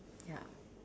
ya